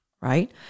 right